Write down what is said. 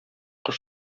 кыш